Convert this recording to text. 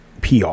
PR